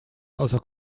außer